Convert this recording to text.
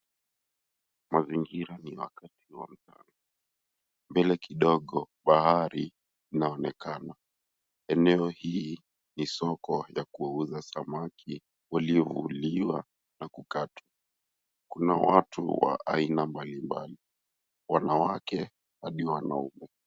Mazingira ni wakati wa mchana. Mbele kidogo bahari inaonekana. Eneo hii ni soko ya kuuza samaki walivuliwa na kukatwa. Kuna watu wa aina mbalimbali. Wanawake hadi wanaume.